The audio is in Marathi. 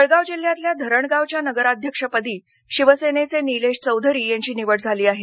जळगाव जिल्ह्यातील धरणगावच्या नगराध्यक्षपदी शिवसेनेचे नीलेश चौधरी यांची निवड झाली आहे